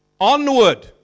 onward